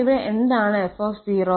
അപ്പോൾ ഇവിടെ എന്താണ് f